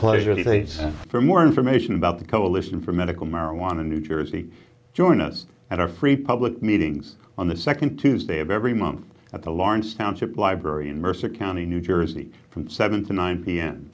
pleasure for more information about the coalition for medical marijuana in new jersey join us at our free public meeting on the second tuesday of every month at the lawrence township library in mercer county new jersey from seven to nine p